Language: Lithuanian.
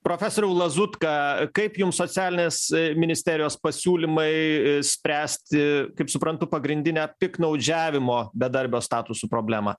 profesoriau lazutka kaip jums socialinės ministerijos pasiūlymai spręsti kaip suprantu pagrindinę piktnaudžiavimo bedarbio statusu problemą